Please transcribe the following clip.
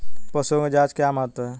पशुओं की जांच का क्या महत्व है?